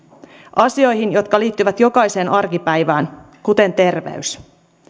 asioihin jotka liittyvät jokaiseen arkipäivään kuten terveys